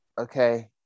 okay